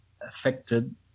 affected